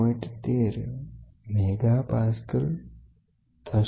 13 MP a થશે